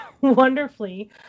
wonderfully